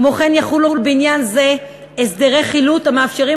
כמו כן יחולו בעניין זה הסדרי חילוט המאפשרים